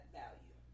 value